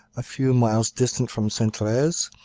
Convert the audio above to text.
a few miles distant from sainte-therese,